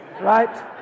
right